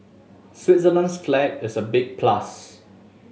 Switzerland's flag is a big plus